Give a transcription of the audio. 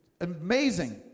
amazing